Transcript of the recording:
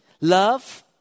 Love